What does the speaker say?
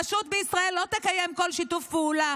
רשות בישראל לא תקיים כל שיתוף פעולה